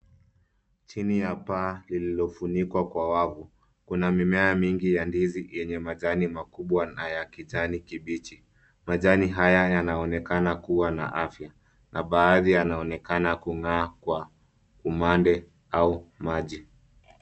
Chini ya paa lililofunikwa kwa wavu. Kuna mimea mingi ya ndizi yenye majani makubwa na ya kijani kibichi. Majani haya yanaonekana kuwa na afya na baadhi yanaonekana kung'aa kwa umande au maji.